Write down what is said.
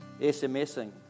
SMSing